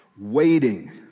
waiting